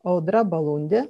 audra balundė